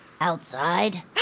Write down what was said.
Outside